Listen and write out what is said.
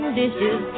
dishes